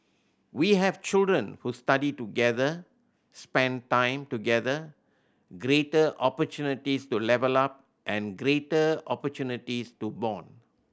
we have children who study together spent time together greater opportunities to level up and greater opportunities to bond